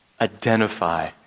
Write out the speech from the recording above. Identify